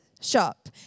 shop